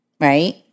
right